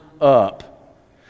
up